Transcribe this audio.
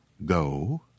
Go